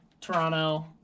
Toronto